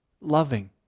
loving